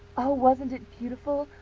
oh, wasn't it beautiful?